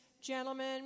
Gentlemen